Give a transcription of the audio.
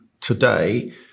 today